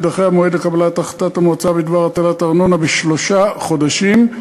יידחה המועד לקבלת החלטת המועצה בדבר הטלת ארנונה בשלושה חודשים,